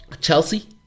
Chelsea